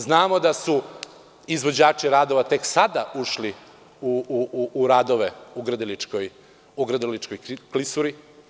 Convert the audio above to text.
Znamo da su izvođači radova tek sada ušli u radove u Grdeličkoj klisuri.